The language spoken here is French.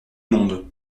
monde